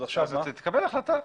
אז תקבל החלטה.